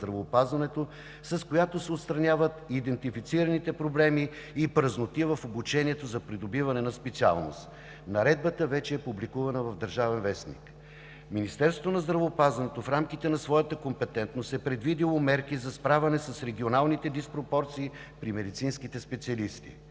с която се отстраняват идентифицираните проблеми и празноти в обучението за придобиване на специалност. Наредбата вече е публикувана в „Държавен вестник“. Министерството на здравеопазването в рамките на своята компетентност е предвидило мерки за справяне с регионалните диспропорции при медицинските специалисти.